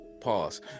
pause